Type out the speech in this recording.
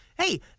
Hey